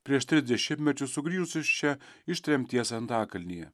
prieš tris dešimtmečius sugrįžusius čia iš tremties antakalnyje